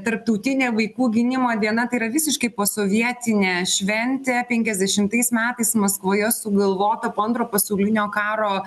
tarptautinė vaikų gynimo diena tai yra visiškai posovietinė šventė penkiasdešimtais metais maskvoje sugalvota po antro pasaulinio karo